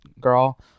girl